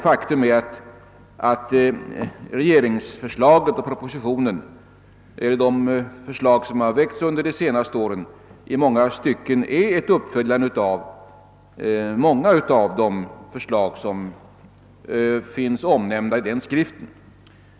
Faktum är att regeringens förslag i propositionen liksom åtskilliga av de förslag som framlagts under de senaste åren i många stycken innebär ett uppföljande av flera av de förslag som finns omnämnda i denna skrift.